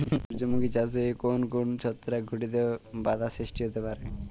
সূর্যমুখী চাষে কোন কোন ছত্রাক ঘটিত বাধা সৃষ্টি হতে পারে?